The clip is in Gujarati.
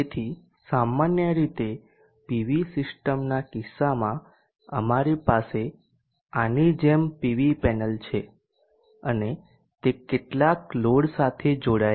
તેથી સામાન્ય રીતે પીવી સિસ્ટમના કિસ્સામાં અમારી પાસે આની જેમ પીવી પેનલ છે અને તે કેટલાક લોડ સાથે જોડાયેલ છે